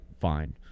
Fine